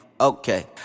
Okay